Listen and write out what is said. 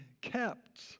kept